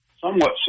somewhat